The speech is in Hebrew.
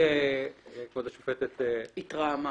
לא בכדי כבוד השופטת -- התרעמה.